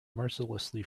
mercilessly